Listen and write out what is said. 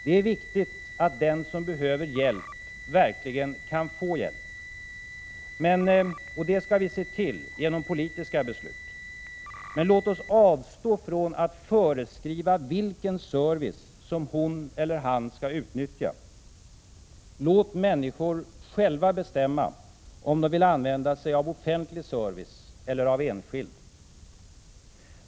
Det är viktigt att den som behöver hjälp verkligen kan få det. Det skall vi se till med politiska beslut. Men låt oss avstå från att föreskriva vilken service hon eller han skall utnyttja. Låt människor själva bestämma om de vill använda sig av offentlig service eller av enskild.